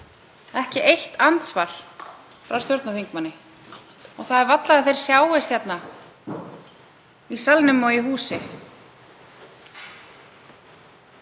ekki eitt andsvar frá stjórnarþingmanni. Það er varla að þeir sjáist hér í salnum og í húsi.